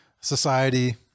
society